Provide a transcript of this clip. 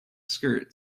skirt